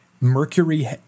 Mercury